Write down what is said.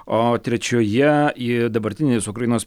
o trečioje į dabartinis ukrainos